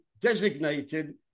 designated